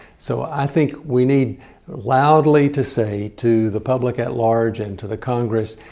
so i think we need loudly to say to the public at large and to the congress,